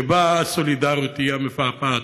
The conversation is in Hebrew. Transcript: שבה הסולידריות היא המפעפעת.